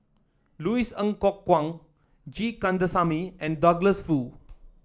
Louis Ng Kok Kwang G Kandasamy and Douglas Foo